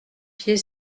pied